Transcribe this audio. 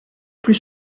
plus